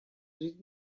жизнь